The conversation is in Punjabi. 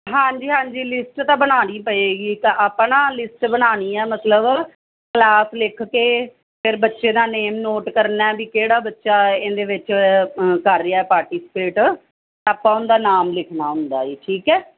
ਹਾਂਜੀ ਹਾਂਜੀ ਲਿਸਟ ਤਾਂ ਬਣਾਉਣੀ ਪਵੇਗੀ ਆਪਾਂ ਨਾ ਲਿਸਟ ਬਣਾਉਣੀ ਆ ਮਤਲਬ ਕਲਾਸ ਲਿਖ ਕੇ ਫਿਰ ਬੱਚੇ ਦਾ ਨੇਮ ਨੋਟ ਕਰਨਾ ਵੀ ਕਿਹੜਾ ਬੱਚਾ ਇਹਦੇ ਵਿੱਚ ਕਰ ਰਿਹਾ ਪਾਰਟੀਸਪੇਟ ਆਪਾਂ ਉਹਦਾ ਨਾਮ ਲਿਖਣਾ ਹੁੰਦਾ ਸੀ ਠੀਕ ਹੈ